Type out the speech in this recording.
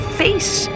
face